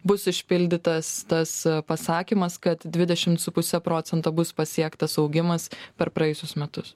bus išpildytas tas pasakymas kad dvidešimt su puse procento bus pasiektas augimas per praėjusius metus